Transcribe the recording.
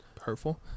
hurtful